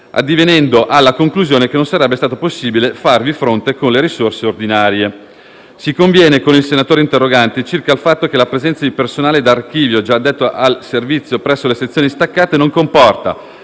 addivenendo alla conclusione che non sarebbe stato possibile farvi fronte con le risorse ordinarie. Si conviene con il senatore interrogante circa il fatto che la presenza di personale d'archivio già addetto al servizio presso le sezioni distaccate non comporta,